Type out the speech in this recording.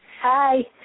Hi